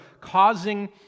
causing